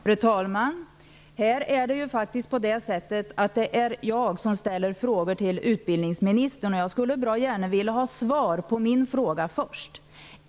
Fru talman! Här är det faktiskt jag som ställer frågor till utbildningsministern, och jag skulle bra gärna först vilja ha svar på min fråga.